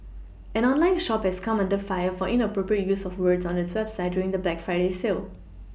an online shop has come under fire for inappropriate use of words on its website during the black Friday sale